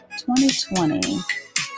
2020